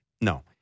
No